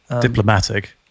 Diplomatic